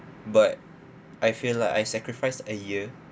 but I feel like I sacrificed a year